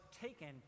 taken